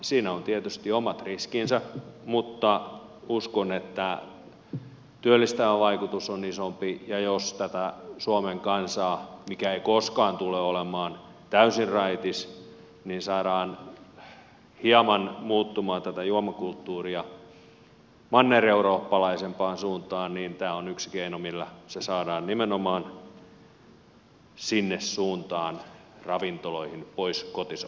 siinä on tietysti omat riskinsä mutta uskon että työllistävä vaikutus on isompi ja jos tätä suomen kansaa mikä ei koskaan tule olemaan täysin raitis saadaan hieman muuttamaan tätä juomakulttuuria mannereurooppalaisempaan suuntaan niin tämä on yksi keino millä se saadaan nimenomaan sinne suuntaan ravintoloihin pois kotisohvilta